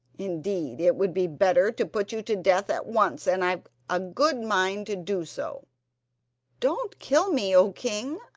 indeed, it would be better to put you to death at once, and i've a good mind to do so don't kill me, o king!